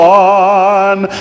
one